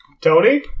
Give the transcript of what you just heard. Tony